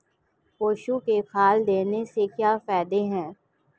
पशु को खल देने से क्या फायदे हैं?